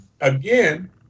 again